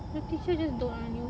the teacher just dote on you